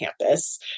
campus